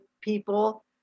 people